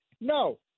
No